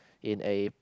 in a